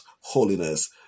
holiness